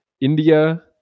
India